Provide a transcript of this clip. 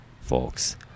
folks